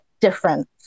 difference